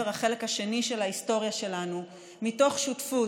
החלק השני של ההיסטוריה שלנו מתוך שותפות,